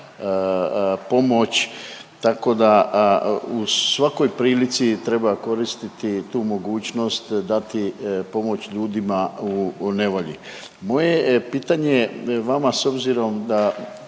tako da u svakoj prilici treba koristiti tu mogućnost, dati pomoć ljudima u nevolji. Moje pitanje vama s obzirom da